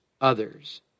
others